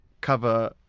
cover